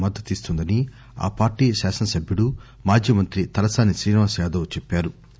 మద్దతిస్తుందని ఆ పార్టీ శాసనసభ్యుడు మాజీమంత్రి తలసాని శ్రీనివాసయాదవ్ చెప్పారు